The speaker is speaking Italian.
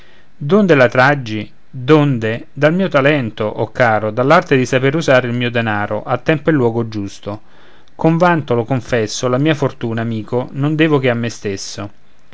d'onde la traggi d'onde dal mio talento o caro dall'arte di sapere usare il mio denaro a tempo e luogo giusto con vanto lo confesso la mia fortuna amico non devo che a me stesso